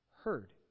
heard